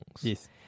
Yes